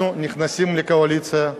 אנחנו נכנסים לקואליציה,